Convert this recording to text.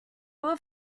were